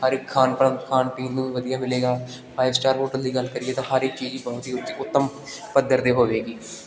ਹਰ ਇੱਕ ਖਾਣ ਪੀਣ ਖਾਣ ਪੀਣ ਨੂੰ ਵਧੀਆ ਮਿਲੇਗਾ ਫਾਈਵ ਸਟਾਰ ਹੋਟਲ ਦੀ ਗੱਲ ਕਰੀਏ ਤਾਂ ਹਰ ਇੱਕ ਚੀਜ਼ ਬਹੁਤ ਹੀ ਉੱਚ ਉੱਤਮ ਪੱਧਰ 'ਤੇ ਹੋਵੇਗੀ